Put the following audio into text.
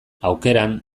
aukeran